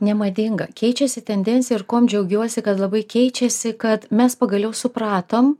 nemadinga keičiasi tendencija ir kuom džiaugiuosi kad labai keičiasi kad mes pagaliau supratom